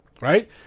right